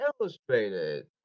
Illustrated